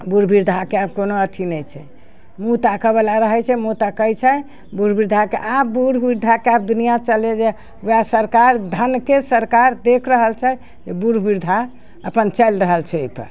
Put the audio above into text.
बूढ़ वृद्धाके आब कोनो अथी नहि छै मुँह ताकऽवला रहै छै मुँह ताकै छै बूढ़ वृद्धाके आब बूढ़ वृद्धाके आब दुनिआ चलै जे वएह सरकार धनके सरकार देख रहल छै जे बूढ़ वृद्धा अपन चलि रहल छै अइपर